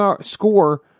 score